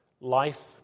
Life